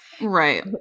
Right